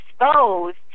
exposed